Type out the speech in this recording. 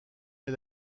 est